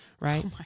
Right